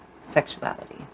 Sexuality